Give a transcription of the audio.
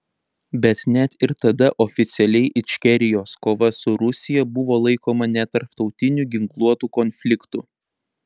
bet net ir tada oficialiai ičkerijos kova su rusija buvo laikoma netarptautiniu ginkluotu konfliktu